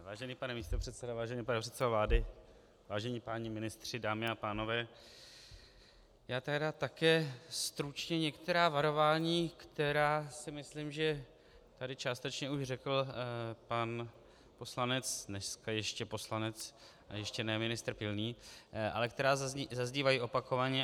Vážený pane místopředsedo, vážený pane předsedo vlády, vážení páni ministři, dámy a pánové, já tedy také stručně některá varování, která si myslím, že tady částečně už řekl pan poslanec dneska ještě poslanec a ještě ne ministr Pilný, ale která zaznívají opakovaně.